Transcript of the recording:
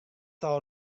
tal